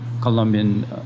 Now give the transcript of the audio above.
colombian